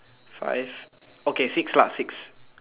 five okay six lah six